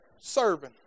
serving